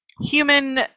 human